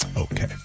Okay